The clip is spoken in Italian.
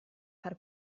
far